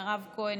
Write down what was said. מירב כהן,